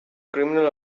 criminal